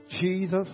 Jesus